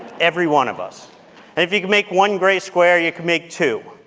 every one of us. and if you can make one gray square, you can make two,